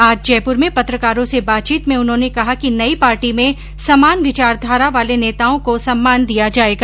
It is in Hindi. आज जयपूर में पत्रकारों से बातचीत में उन्होंने कहा कि नयी पार्टी में समान विचारधारा वाले नेताओँ को सम्मान दिया जाएगा